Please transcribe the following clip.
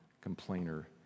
complainer